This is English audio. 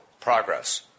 progress